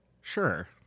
Sure